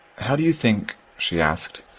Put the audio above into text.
how do you think, she asked,